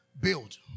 Build